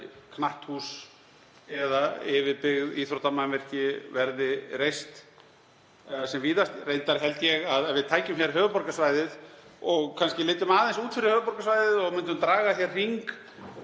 knatthús eða yfirbyggð íþróttamannvirki verði reist sem víðast og reyndar held ég að ef við tækjum höfuðborgarsvæðið og kannski litum aðeins út fyrir höfuðborgarsvæðið og myndum draga hring